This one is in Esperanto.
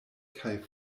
kaj